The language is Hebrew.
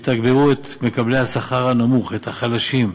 יתגמלו את מקבלי השכר הנמוך, את החלשים,